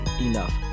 enough